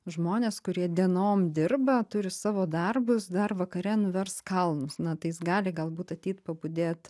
žmonės kurie dienom dirba turi savo darbus dar vakare nuvers kalnus na tai gali galbūt ateit pabudėt